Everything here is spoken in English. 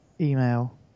email